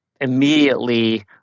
immediately